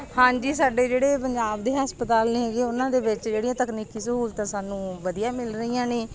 ਹਾਂਜੀ ਸਾਡੇ ਜਿਹੜੇ ਪੰਜਾਬ ਦੇ ਹਸਪਤਾਲ ਨੇ ਹੈਗੇ ਉਹਨਾਂ ਦੇ ਵਿੱਚ ਜਿਹੜੀਆਂ ਤਕਨੀਕੀ ਸਹੂਲਤਾਂ ਸਾਨੂੰ ਵਧੀਆ ਮਿਲ ਰਹੀਆਂ ਨੇ